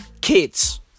kids